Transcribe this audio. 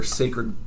sacred